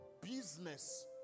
business